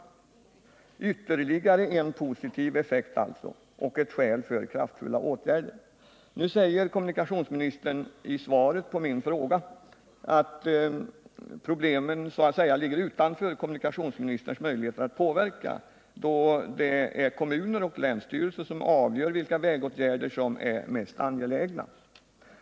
Detta är alltså ytterligare en positiv effekt och ett skäl för kraftfulla åtgärder. Nu säger kommunikationsministern i svaret på min fråga att problemet så att säga ligger utanför vad hon har möjlighet att påverka, då det är kommuner och länsstyrelser som avgör vilka vägåtgärder som är mest angelägna.